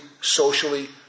socially